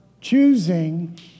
choosing